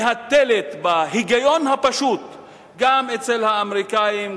מהתלת בהיגיון הפשוט גם אצל האמריקנים,